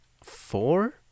Four